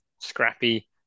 scrappy